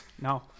No